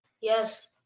Yes